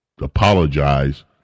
apologize